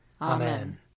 Amen